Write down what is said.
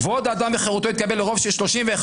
כבוד האדם וחירותו התקבל ברוב של 31,